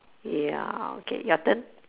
ya okay your turn